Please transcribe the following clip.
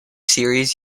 series